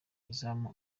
izamu